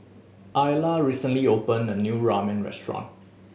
Ayla recently opened a new Ramen Restaurant